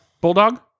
Bulldog